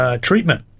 treatment